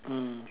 mm